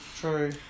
true